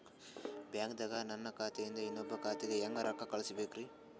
ಬ್ಯಾಂಕ್ದಾಗ ನನ್ ಖಾತೆ ಇಂದ ಇನ್ನೊಬ್ರ ಖಾತೆಗೆ ಹೆಂಗ್ ರೊಕ್ಕ ಕಳಸಬೇಕ್ರಿ?